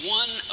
one